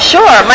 Sure